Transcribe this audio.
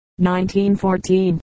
1914